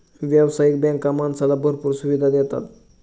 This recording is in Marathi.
व्यावसायिक बँका माणसाला भरपूर सुविधा देतात